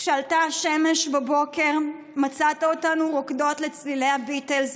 כשעלתה השמש בבוקר מצאת אותנו רוקדות לצלילי הביטלס,